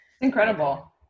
incredible